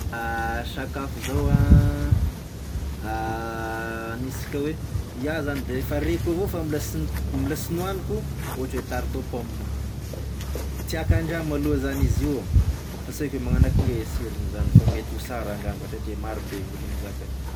Sakafo zao a, aniasika oe ià zany defa reko avao fa mbola s- mbola sy nihoaniko ohatry oe tarte au pomme, tiàko andrama aloha zany izy io, fa sy haiko oe magnano akô gn'aia e siron'izany fa mety ho tsara ngamba satria maro be gn'olo mizaka an'io.